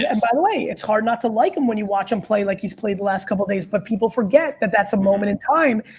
and by the way, it's hard not to like him when you watch him play like he's played the last couple of days, but people forget that that's a moment in time.